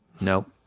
nope